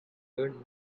learn